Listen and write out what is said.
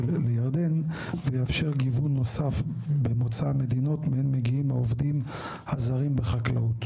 לירדן ויאפשר גיוון נוסף במוצא המדינות מהם מגיעים העובדים הזרים בחקלאות.